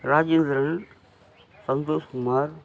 Rajendran Santhoshkumar